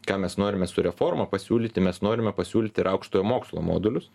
ką mes norime su reforma pasiūlyti mes norime pasiūlyti ir aukštojo mokslo modulius